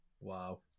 wow